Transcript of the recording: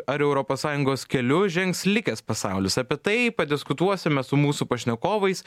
ar europos sąjungos keliu žengs likęs pasaulis apie tai padiskutuosime su mūsų pašnekovais